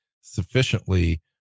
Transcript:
sufficiently